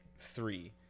three